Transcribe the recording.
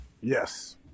Yes